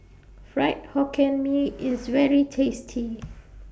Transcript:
Fried Hokkien Mee IS very tasty